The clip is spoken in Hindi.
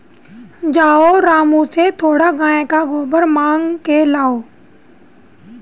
जाओ रामू से थोड़ा गाय का गोबर मांग के लाओ